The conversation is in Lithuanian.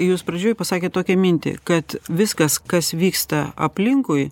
jūs pradžioj pasakėt tokią mintį kad viskas kas vyksta aplinkui